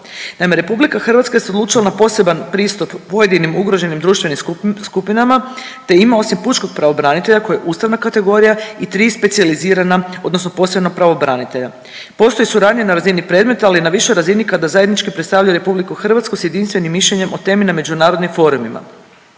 Naime, RH je se odlučila na poseban pristup pojedinim ugroženim društvenim skupinama te ima osim pučkog pravobranitelja koji je ustavna kategorija i tri specijalizirana odnosno posebna pravobranitelja. Postoji suradnja na razini predmeta, ali i na višoj razini kada zajednički predstavlja RH s jedinstvenim mišljenjem o temi međunarodnim forumima.